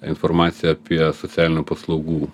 informaciją apie socialinių paslaugų